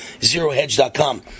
zerohedge.com